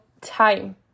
time